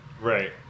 Right